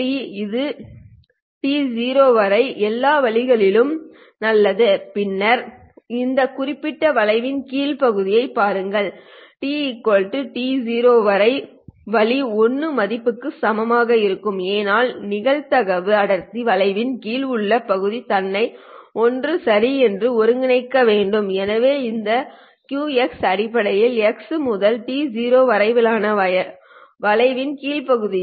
∞ இது to வரை எல்லா வழிகளிலும் நல்லது பின்னர் இந்த குறிப்பிட்ட வளைவின் கீழ் உள்ள பகுதியைப் பாருங்கள் t to வரை உள்ள வழி 1 மதிப்புக்கு சமமாக இருக்கும் ஏனெனில் நிகழ்தகவு அடர்த்தி வளைவின் கீழ் உள்ள பகுதி தன்னை 1 சரி என்று ஒருங்கிணைக்க வேண்டும் எனவே இந்த Q அடிப்படையில் x முதல் to வரையிலான வளைவின் கீழ் உள்ள பகுதி